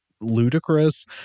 ludicrous